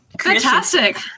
Fantastic